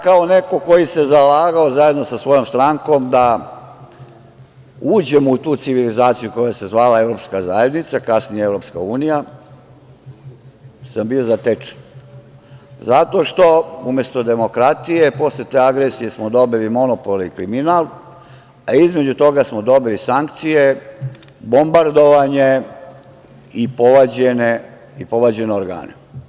Kao neko koji se zalagao zajedno sa svojom strankom da uđemo u tu civilizaciju koja se zvala Evropska zajednica, kasnije EU, sam bio zatečen zato što umesto demokratije posle te agresije smo dobili monopol i kriminal, a između toga smo dobili sankcije, bombardovanje i povađene organe.